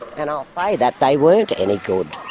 and i'll say that they weren't any good.